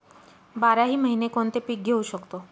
बाराही महिने कोणते पीक घेवू शकतो?